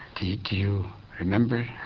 do you do you remember